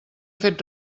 fet